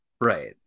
Right